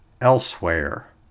elsewhere